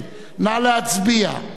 נא להצביע.